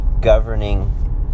governing